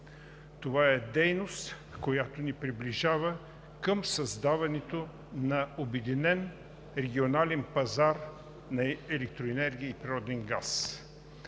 Това е дейност, която ни приближава към създаването на обединен регионален пазар на електроенергия и природен газ.